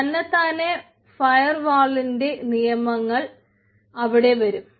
തന്നെത്താനെ fire വാളിന്റെ നിയമങ്ങൾ അവിടെ വരും